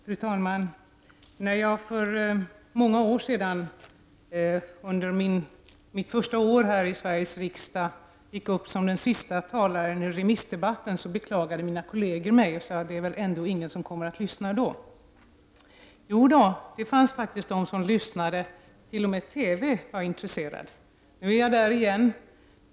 Fru talman! När jag för många år sedan, under mitt första år i Sveriges riksdag, gick upp som sista talare i remissdebatten, beklagade mina kolleger detta och sade att det nog inte skulle vara någon som lyssnade. Jo, det fanns faktiskt de som lyssnade. T.o.m. på TV var man intresserad. Nu är det samma sak igen.